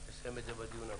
נסיים את זה בדיון הבא.